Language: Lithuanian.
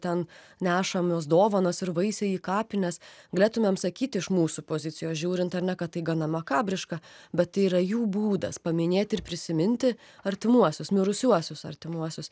ten nešamos dovanos ir vaisiai į kapines galėtumėm sakyti iš mūsų pozicijos žiūrint ar ne kad tai gana makabriška bet tai yra jų būdas paminėti ir prisiminti artimuosius mirusiuosius artimuosius